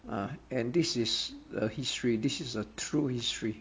uh and this is a history this is a true history